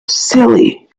silly